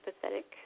pathetic